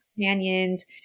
canyons